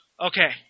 Okay